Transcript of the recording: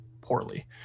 poorly